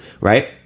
right